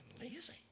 lazy